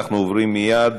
אנחנו עוברים מייד